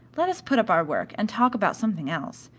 let us put up our work, and talk about something else.